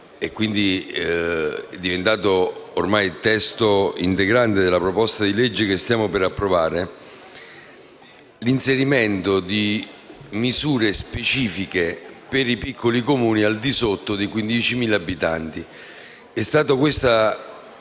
quindi è ormai parte integrante della proposta di legge che stiamo per approvare, l’inserimento di misure specifiche per i piccoli Comuni al di sotto dei 15.000 abitanti.